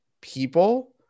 people